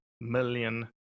million